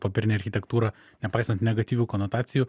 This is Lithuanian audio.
popierinė architektūra nepaisant negatyvių konotacijų